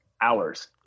hours